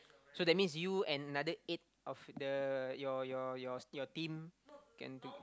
so that means you and another eight of the your your your st~ team can do